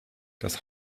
das